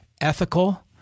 Ethical